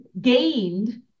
gained